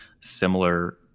similar